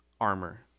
armor